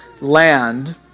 land